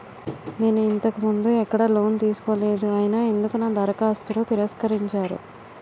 నేను ఇంతకు ముందు ఎక్కడ లోన్ తీసుకోలేదు అయినా ఎందుకు నా దరఖాస్తును తిరస్కరించారు?